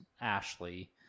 Ashley